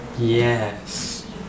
Yes